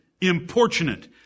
importunate